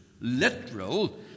literal